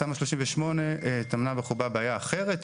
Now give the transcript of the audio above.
התמ"א 38 טמנה בחובה בעיה אחרת,